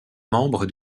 membre